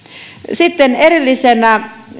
sitten erillisenä